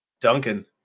Duncan